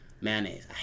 mayonnaise